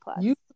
plus